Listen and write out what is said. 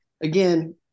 again